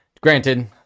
Granted